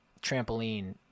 trampoline